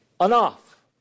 enough